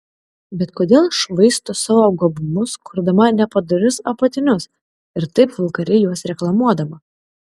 bet kodėl švaisto savo gabumus kurdama nepadorius apatinius ir taip vulgariai juos reklamuodama